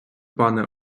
пане